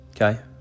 Okay